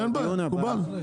מקובל.